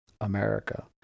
America